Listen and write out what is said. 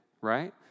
right